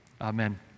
Amen